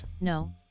No